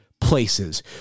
places